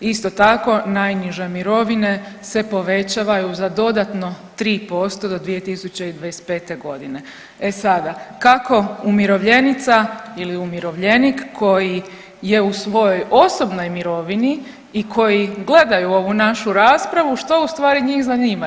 Isto tako najniže mirovine se povećavaju za dodatno 3% do 2025.g. E sada, kako umirovljenica ili umirovljenik koji je u svojoj osobnoj mirovini i koji gledaju ovu našu raspravu, što ustvari njih zanima?